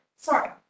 Sorry